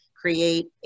create